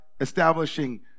establishing